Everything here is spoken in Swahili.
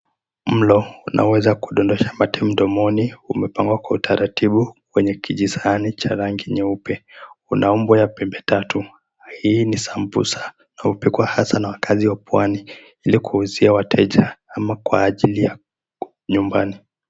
Mlo unaweza kudondosha mate mdomoni. Umepangwa kwa utaratibu kwenye kijisahani cha rangi nyeupe. Kuna umbo ya pembe tatu. Hii ni sambusa hupikuwa hasa na wakazi wab pwani ili kuuzia wateja ama kwa ajili ya nyumbani.